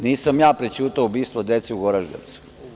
Nisam ja prećutao ubistvo dece u Goraždevcu.